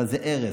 אבל זה הרס.